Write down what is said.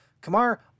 Kamar